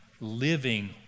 Living